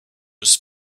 was